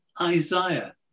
Isaiah